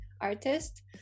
artist